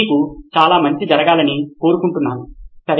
మీకు చాలా మంచి జరగాలని కోరుకుంటున్నాను సరే